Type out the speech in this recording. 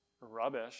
rubbish